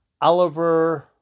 Oliver